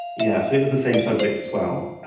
yeah, so it was the same subject as well.